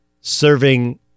serving